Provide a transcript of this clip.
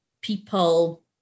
people